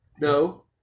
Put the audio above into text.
No